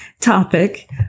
topic